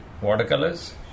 watercolors